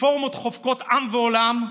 רפורמות חובקות עם ועולם,